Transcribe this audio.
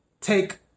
take